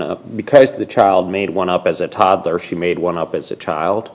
up because the child made one up as a toddler she made one up as a child